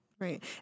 Right